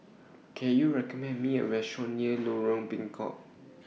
Can YOU recommend Me A Restaurant near Lorong Bengkok